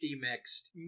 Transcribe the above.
mixed